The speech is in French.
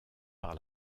par